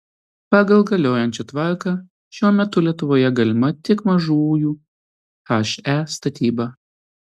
pagal galiojančią tvarką šiuo metu lietuvoje galima tik mažųjų he statyba